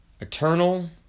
eternal